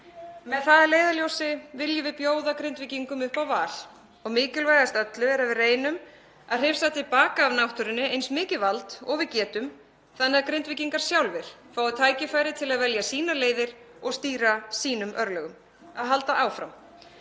Með það að leiðarljósi viljum við bjóða Grindvíkingum upp á val og mikilvægast af öllu er að við reynum að hrifsa til baka af náttúrunni eins mikið vald og við getum þannig að Grindvíkingar sjálfir fái tækifæri til að velja sínar leiðir og stýra sínum örlögum, að halda áfram.